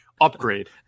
upgrade